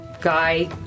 guy